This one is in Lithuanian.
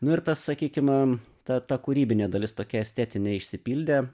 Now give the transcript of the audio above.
nu ir tas sakykim am ta ta kūrybinė dalis tokia estetinė išsipildė